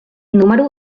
número